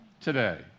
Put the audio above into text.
today